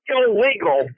Illegal